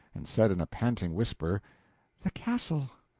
and said in a panting whisper the castle!